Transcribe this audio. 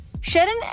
Sharon